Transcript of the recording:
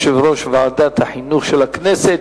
יושב-ראש ועדת החינוך של הכנסת.